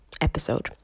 episode